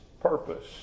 purpose